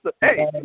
Hey